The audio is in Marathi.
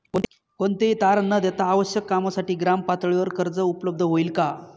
कोणतेही तारण न देता आवश्यक कामासाठी ग्रामपातळीवर कर्ज उपलब्ध होईल का?